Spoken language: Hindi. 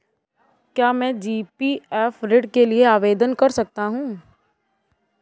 क्या मैं जी.पी.एफ ऋण के लिए आवेदन कर सकता हूँ?